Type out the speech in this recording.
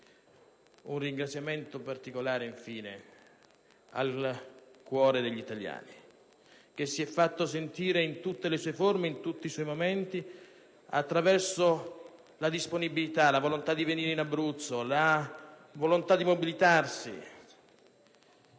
Un ringraziamento particolare, infine, al cuore degli italiani, che si è fatto sentire in tutte le sue forme e in tutti i momenti attraverso la disponibilità a venire in Abruzzo e il desiderio di mobilitarsi.